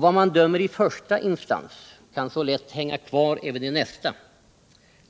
Vad man dömer i första instans kan så lätt hänga kvar även i nästa.